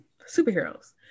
superheroes